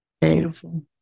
Beautiful